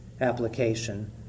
application